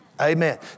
Amen